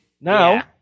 now